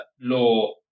law